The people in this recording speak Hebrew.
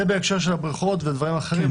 זה בהקשר של הבריכות ודברים אחרים,